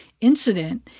incident